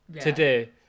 today